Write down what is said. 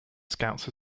scouts